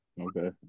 Okay